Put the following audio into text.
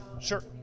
Sure